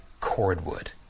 cordwood